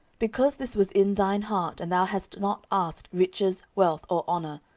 because this was in thine heart, and thou hast not asked riches, wealth, or honour,